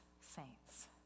saints